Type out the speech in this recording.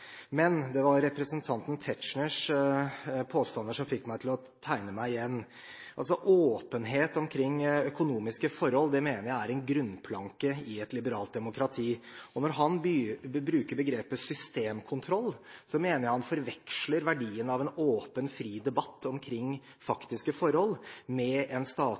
Men det var representanten Tetzschners påstander som fikk meg til å tegne meg igjen. Åpenhet omkring økonomiske forhold mener jeg er en grunnplanke i et liberalt demokrati. Når han bruker begrepet «systemkontroll», mener jeg han forveksler verdien av en åpen, fri debatt om faktiske forhold med